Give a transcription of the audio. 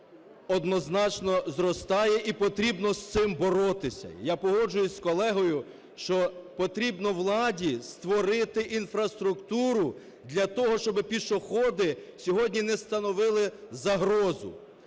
однозначно зростає, і потрібно з цим боротися. Я погоджуюсь з колегою, що потрібно владі створити інфраструктуру для того, щоб пішоходи сьогодні не становили загрозу.